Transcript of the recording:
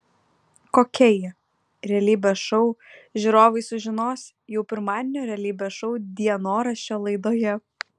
kokia ji realybės šou žiūrovai sužinos jau pirmadienio realybės šou dienoraščio laidoje